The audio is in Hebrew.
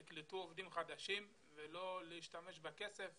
תקלטו עובדים חדשים ולא להשתמש בכסף